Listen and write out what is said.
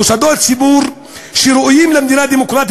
מוסדות ציבור שראויים למדינה דמוקרטית